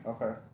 Okay